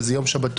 שזה יום שבתון.